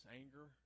anger